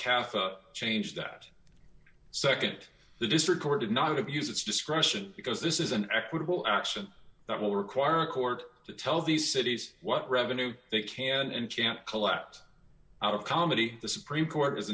change that second the district court did not abuse its discretion because this is an equitable action that will require a court to tell these cities what revenue they can and can't collect out of comedy the supreme court